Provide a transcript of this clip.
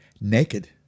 Naked